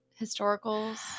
historicals